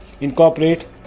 incorporate